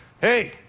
Hey